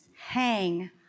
hang